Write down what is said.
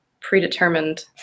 predetermined